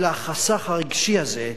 אלא החסך הרגשי הזה,